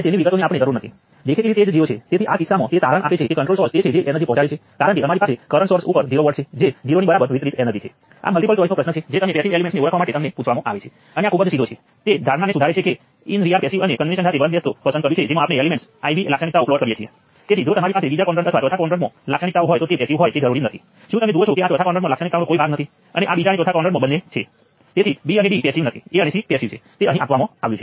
તેથી I1 ને બદલે મારી પાસે I1 માઇનસ Ix હશે હવે નોડ 2 ને અનટચ કરવામાં આવ્યું છે તેથી તે હજુ પણ 0 અને નોડ 3 હશે તે I3 વત્તા Ix બનશે કારણ કે Ix જો તમે જોશો કે તે નોડ 1 થી ખેંચાઈ રહ્યું છે અને નોડ 3 માં આપવામાં આવી રહ્યું છે